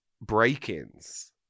break-ins